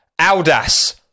Aldas